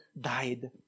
died